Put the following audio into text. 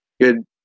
good